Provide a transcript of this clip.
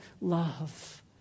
love